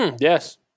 Yes